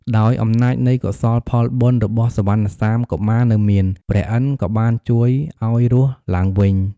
ដោយអំណាចនៃកុសលផលបុណ្យរបស់សុវណ្ណសាមកុមារនៅមាន ព្រះឥន្ទក៏បានជួយឲ្យរស់ឡើងវិញ។